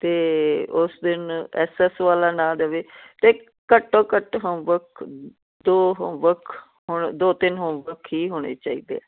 ਅਤੇ ਉਸ ਦਿਨ ਐਸ ਐਸ ਵਾਲਾ ਨਾ ਦਵੇ ਅਤੇ ਘੱਟੋ ਘੱਟ ਹੋਮ ਵਰਕ ਦੋ ਹੋਮ ਵਰਕ ਹੁਣ ਦੋ ਤਿੰਨ ਹੋਮਵਕ ਹੀ ਹੋਣੇ ਚਾਹੀਦੇ